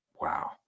wow